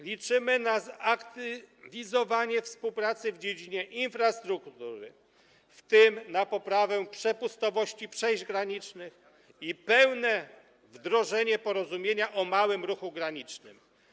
Liczymy na zaktywizowanie współpracy w dziedzinie infrastruktury, w tym na poprawę przepustowości przejść granicznych i pełne wdrożenie porozumienia o małym ruchu granicznym.